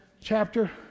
chapter